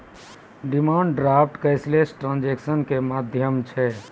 demand draft cashless transaction के माध्यम छै